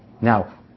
Now